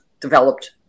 developed